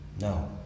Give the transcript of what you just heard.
No